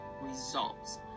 results